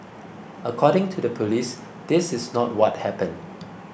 according to the police this is not what happened